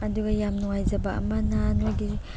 ꯑꯗꯨꯒ ꯌꯥꯝ ꯅꯨꯡꯉꯥꯏꯖꯕ ꯑꯃꯅ ꯅꯣꯏꯒꯤ